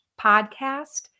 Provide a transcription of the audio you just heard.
podcast